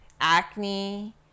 acne